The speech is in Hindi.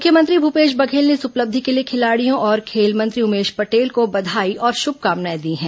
मुख्यमंत्री भूपेश बघेल ने इस उपलब्धि के लिए खिलाड़ियों और खेल मंत्री उमेश पटेल को बधाई और शुभकामनाएं दी हैं